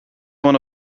one